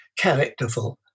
characterful